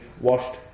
washed